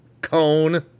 Cone